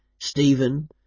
Stephen